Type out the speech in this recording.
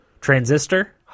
Transistor